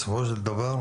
בסופו של דבר,